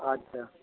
अच्छा